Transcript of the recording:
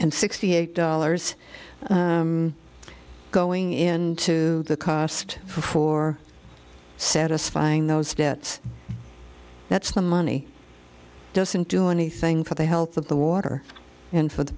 and sixty eight dollars going into the cost for satisfying those debts that's the money doesn't do anything for the health of the water and for the